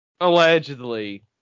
Allegedly